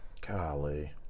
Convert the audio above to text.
Golly